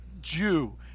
Jew